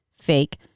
fake